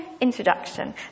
introduction